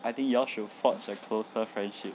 I think you all should forge a closer friendship